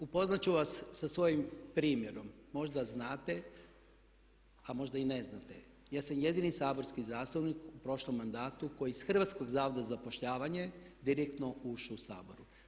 Upoznati ću vas sa svojim primjerom, možda znate a možda i ne znate, ja sam jedini saborski zastupnik u prošlom mandatu koji je iz Hrvatskog zavoda za zapošljavanje direktno ušao u Sabor.